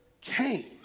came